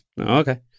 Okay